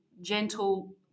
gentle